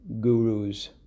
gurus